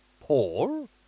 Paul